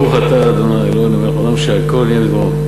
ברוך אתה ה' אלוהינו מלך העולם שהכול נהיה בדברו.